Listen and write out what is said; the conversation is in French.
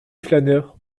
flâneur